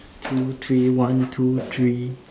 two three one two three